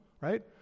right